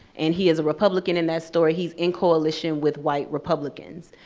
and he is a republican in that story. he's in coalition with white republicans.